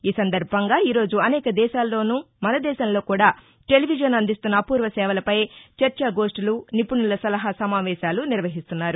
ఈ సందర్భంగా ఈ రోజు అనేక దేశాల్లోను మన దేశం లోను టెలివిజన్ అందిస్తున్న అపూర్వ సేవలపై చర్చా గోస్టులు నిపుణుల సలహా సమావేశాలు నిర్వహిస్తున్నారు